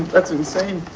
that's insane.